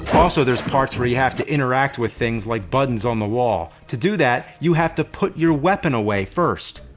also, there's parts where you have to interact with things like buttons on the wall. to do that, you have to put your weapon away first.